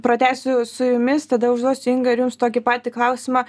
pratęsiu su jumis tada užduosiu inga ir jums tokį patį klausimą